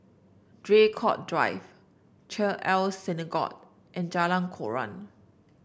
Draycott Drive Chesed El Synagogue and Jalan Koran